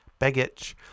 Begich